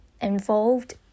involved